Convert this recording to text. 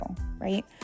right